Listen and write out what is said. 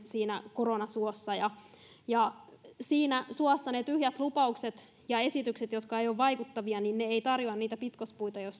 koronasuossa siinä suossa ne tyhjät lupaukset ja esitykset jotka eivät ole vaikuttavia eivät tarjoa niitä pitkospuita